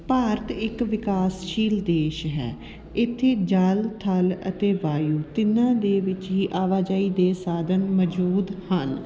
ਭਾਰਤ ਇੱਕ ਵਿਕਾਸਸ਼ੀਲ ਦੇਸ਼ ਹੈ ਇੱਥੇ ਜਲ ਥਲ ਅਤੇ ਵਾਯੂ ਤਿੰਨਾਂ ਦੇ ਵਿੱਚ ਹੀ ਆਵਾਜਾਈ ਦੇ ਸਾਧਨ ਮੌਜੂਦ ਹਨ